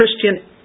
Christian